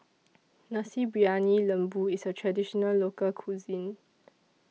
Nasi Briyani Lembu IS A Traditional Local Cuisine